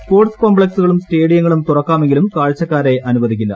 sports കോംപ്ലക്സുകളും സ്റ്റേഡിയങ്ങളും തുറക്കാമെങ്കിലും കാഴ്ചക്കാരെ അനുവദിക്കില്ല